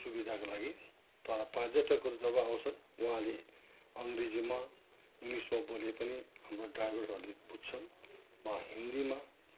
सुविधाको लागि तर पार्यटकहरू जब आउँछ उहाँले अङ्ग्रेजीमा इङ्ग्लिसमा बोले पनि हाम्रो ड्राइभरहरूले बुझ्छन् वा हिन्दीमा